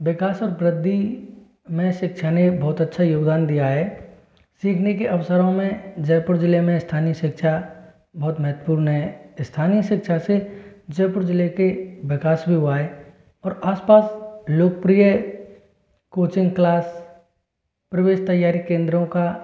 विकास और वृद्धि में शिक्षा ने बहुत अच्छा योगदान दिया है सीखने के अवसरों में जयपुर जिले में स्थानीय शिक्षा बहुत महत्वपूर्ण है स्थानीय शिक्षा से जयपुर जिले के विकास भी हुआ है और आसपास लोकप्रिय कोचिंग क्लास प्रवेश तैयारी केंद्रों का